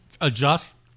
adjust